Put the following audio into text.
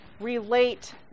relate